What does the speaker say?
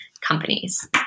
companies